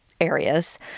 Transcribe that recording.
areas